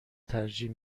ترجیح